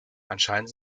anscheinend